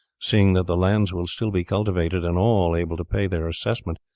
seeing that the lands will still be cultivated and all able to pay their assessment,